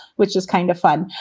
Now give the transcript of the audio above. which is kind of fun.